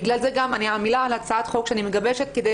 בגלל זה גם אני עמלה עת הצעת חוק שאני מגבשת כדי